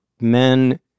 Men